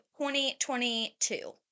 2022